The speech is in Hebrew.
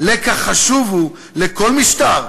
"לקח חשוב הוא, לכל משטר,